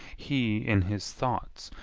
he, in his thoughts,